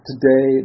Today